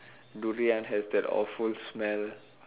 durian has that awful smell